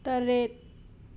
ꯇꯔꯦꯠ